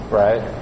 right